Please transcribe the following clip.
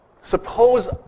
Suppose